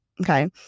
Okay